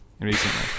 recently